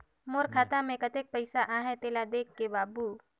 मोर खाता मे कतेक पइसा आहाय तेला देख दे बाबु?